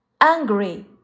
angry